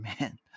man